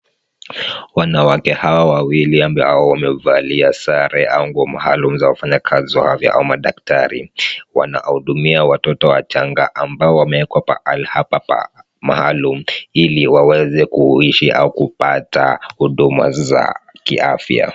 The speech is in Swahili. Wanawake hawa wawili ambao wamevalia sare au nguo maalum za wafanyikazi wa afya au madaktari , wanahudumia watoto wachanga ambao wameekwa mahali hapa maalum ili waweze kuishi au kupata huduma za kiafya.